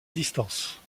distance